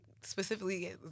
specifically